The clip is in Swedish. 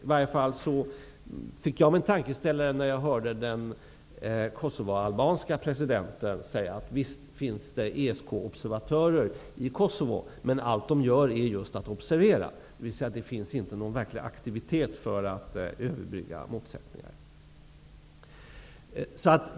I varje fall fick jag mig en tankeställare när jag hörde den kosovoalbanske presidenten säga: Visst finns det ESK-observatörer i Kosovo, men allt de gör är just att observera. Det finns alltså inte någon verklig aktivitet för att överbrygga motsättningarna.